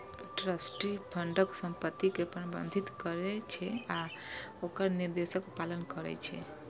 trustee फंडक संपत्ति कें प्रबंधित करै छै आ ओकर निर्देशक पालन करै छै